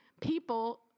people